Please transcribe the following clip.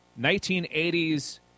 1980s